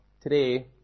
today